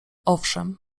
owszem